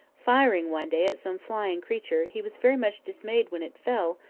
firing one day at some flying creature, he was very much dismayed when it fell,